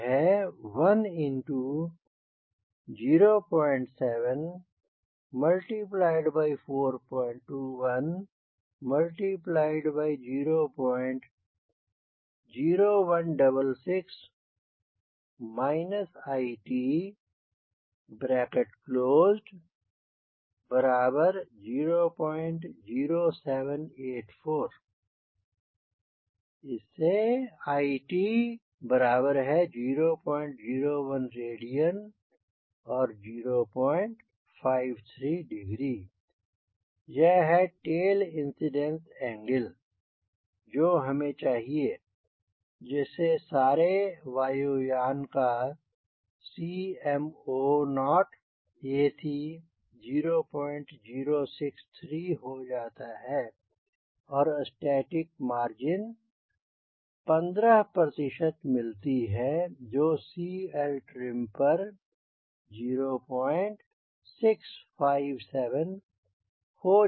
Cm0t10742100166 it00784 it001 rad or 053 यह है tail incidence angle जो हमें चाहिए जिससे सारे वायुयान का Cmoac 0063 हो जाता है और स्टैटिक मार्जिन 15 मिलती है जो CLtrim पर 0657 हो जाती है